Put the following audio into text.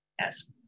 Yes